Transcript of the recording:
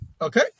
okay